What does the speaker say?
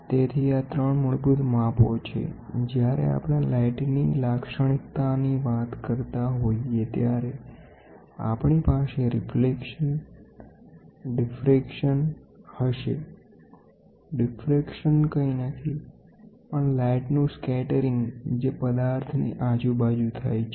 તેથી આ ત્રણ મૂળભૂત માપો છે જ્યારે આપણે લાઈટ ની લાક્ષણિકતા ની વાત કરતા હોઈએ ત્યારે આપણી પાસે રિફ્લેક્શન ડિફ્રેકશન હશે ડિફ્રેકશન કંઈ નથી પણ લાઈટનું સ્કેટરીંગ જે પદાર્થ ની આજુબાજુ થાય છે